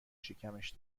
شکمش